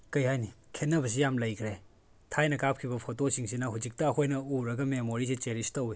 ꯀꯔꯤ ꯍꯥꯏꯅꯤ ꯈꯦꯠꯅꯕꯁꯤ ꯌꯥꯝ ꯂꯩꯈ꯭ꯔꯦ ꯊꯥꯏꯅ ꯀꯥꯞꯈꯤꯕ ꯐꯣꯇꯣꯁꯤꯡꯁꯤꯅ ꯍꯧꯖꯤꯛꯇ ꯑꯩꯈꯣꯏꯅ ꯎꯔꯒ ꯃꯦꯃꯣꯔꯤꯁꯤ ꯆꯦꯔꯤꯁ ꯇꯧꯋꯤ